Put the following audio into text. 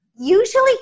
usually